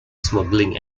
smuggling